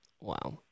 wow